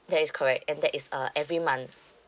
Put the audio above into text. that is correct and that is uh every month